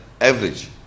average